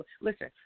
listen